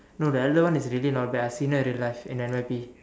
no the elder one is really not bad I've seen her in real life in N_Y_P